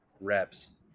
reps